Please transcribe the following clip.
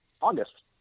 august